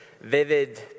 vivid